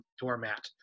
doormat